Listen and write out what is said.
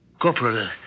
Corporal